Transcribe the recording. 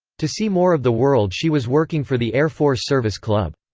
to see more of the world she was working for the air force service club.